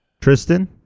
Tristan